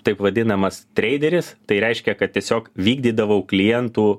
taip vadinamas treideris tai reiškia kad tiesiog vykdydavau klientų